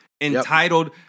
entitled